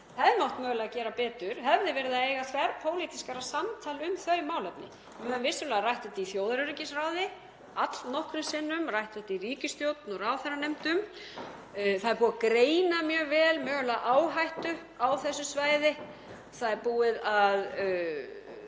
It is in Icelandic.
hefði mátt mögulega gera betur er að eiga þverpólitískara samtal um þau málefni. Við höfum vissulega rætt þetta í þjóðaröryggisráði allnokkrum sinnum, rætt þetta í ríkisstjórn og ráðherranefndum. Það er búið að greina mjög vel mögulega áhættu á þessu svæði. Það er búið að